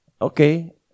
Okay